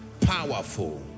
powerful